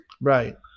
Right